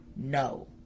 no